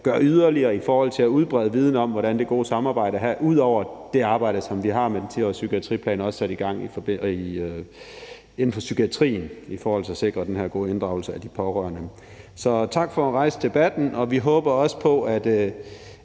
gøre yderligere i forhold til at udbrede viden om, hvordan det gode samarbejde er, ud over det, som det arbejde, vi har med den 10-årige psykiatriplan, også satte i gang inden for psykiatrien i forhold til at sikre den her gode inddragelse af de pårørende. Så tak for at rejse debatten. Vi håber også på –